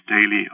daily